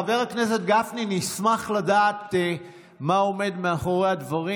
חבר הכנסת גפני, נשמח לדעת מה עומד מאחורי הדברים.